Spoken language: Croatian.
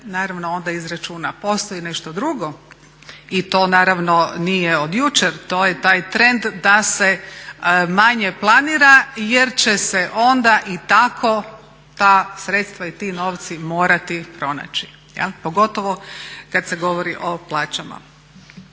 naravno onda izračuna. Postoji nešto drugo i to naravno nije od jučer, to je taj trend da se manje planira jer će se onda i tako ta sredstva i ti novci morati pronaći jel'. Pogotovo kad se govori o plaćama.